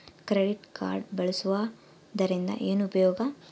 Credit card ಬಳಸುವದರಿಂದ ಏನು ಉಪಯೋಗ?